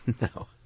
No